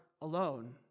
alone